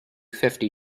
fifty